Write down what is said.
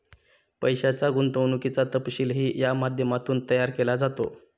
पैशाच्या गुंतवणुकीचा तपशीलही या माध्यमातून तयार केला जातो